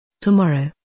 Tomorrow